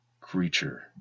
creature